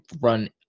run